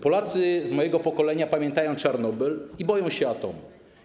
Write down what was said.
Polacy z mojego pokolenia pamiętają Czarnobyl i boją się atomu.